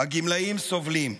הגמלאים סובלים,